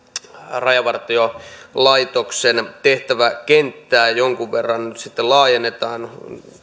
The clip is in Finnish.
rajavartiolaitoksen tehtäväkenttää jonkun verran laajennetaan